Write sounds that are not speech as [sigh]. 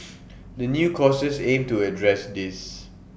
[noise] the new courses aim to address this